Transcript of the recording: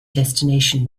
destination